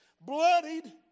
bloodied